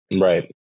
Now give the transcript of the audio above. Right